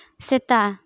ᱥᱮᱛᱟ